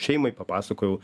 šeimai papasakojau